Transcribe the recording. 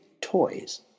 toys